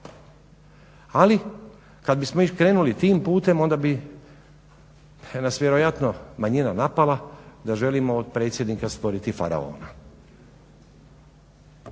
Ali, kad bismo već krenuli tim putem onda bi nas vjerojatno manjina napala da želimo od predsjednika stvoriti faraona.